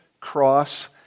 cross